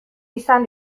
izan